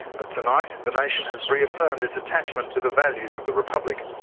but tonight the nation has reaffirmed its attachment to the values of the republic.